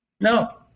No